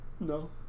No